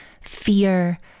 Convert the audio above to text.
fear